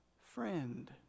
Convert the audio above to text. friend